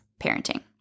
parenting